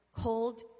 cold